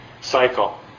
cycle